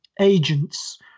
agents